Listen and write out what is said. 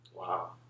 Wow